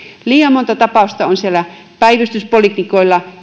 liian monta tapausta olen siellä päivystyspoliklinikoilla